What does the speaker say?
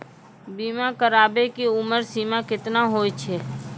बीमा कराबै के उमर सीमा केतना होय छै?